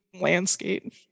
landscape